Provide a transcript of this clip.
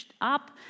up